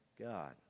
God